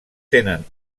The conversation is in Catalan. tenen